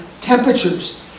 temperatures